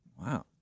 Wow